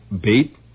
bait